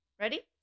Ready